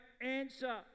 answer